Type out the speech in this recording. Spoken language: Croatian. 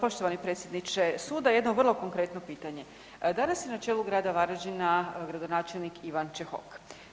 Poštovani predsjedniče suda jedno vrlo konkretno pitanje, danas je na čelu grada Varaždina, gradonačelnik Ivan Čehok.